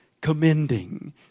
Commending